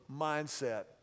mindset